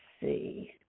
see